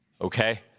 Okay